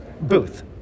booth